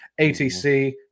ATC